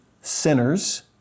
sinners